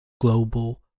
Global